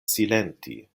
silenti